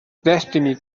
destiny